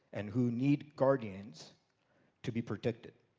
and who need guardians to be protected.